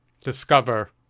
Discover